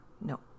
No